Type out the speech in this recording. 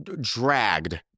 dragged